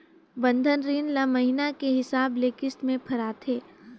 बंधन रीन ल महिना के हिसाब ले किस्त में फिराथें